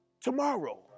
tomorrow